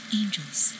angels